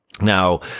Now